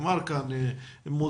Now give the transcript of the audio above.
נאמר כאן מוזיאון,